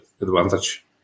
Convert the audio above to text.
Advantage